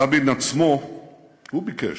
רבין עצמו ביקש